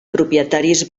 propietaris